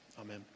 Amen